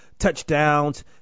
touchdowns